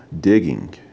digging